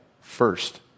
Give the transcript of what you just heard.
first